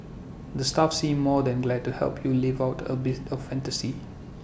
the staff seem more than glad to help you live out A bits of fantasy